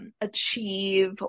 achieve